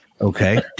Okay